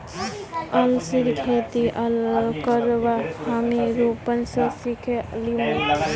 अलसीर खेती करवा हामी रूपन स सिखे लीमु